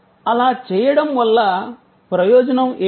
అలా చేయడం వల్ల ప్రయోజనం ఏమిటి